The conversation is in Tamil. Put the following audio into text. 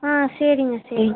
ஆ சரிங்க சரி